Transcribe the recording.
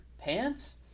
pants